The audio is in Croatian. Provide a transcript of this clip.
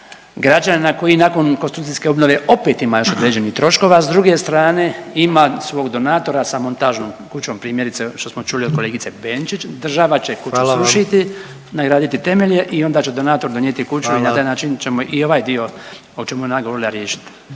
građane koji nakon konstrukcijske obnove opet još imaju određenih troškova, a s druge strane ima svog donatora sa montažnom kućom, primjerice što smo čuli od kolegice Benčić, država će …/Upadica: Hvala vam./… kuću srušiti, nagraditi temelje i onda će donator donijeti kuću i na taj način ćemo …/Upadica: Hvala./… i ovaj dio o čemu je ona govorila riješiti.